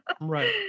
Right